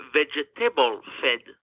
vegetable-fed